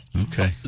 Okay